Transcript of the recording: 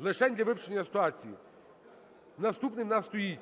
лишень для вивчення ситуації. Наступним у нас стоїть...